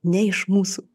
ne iš mūsų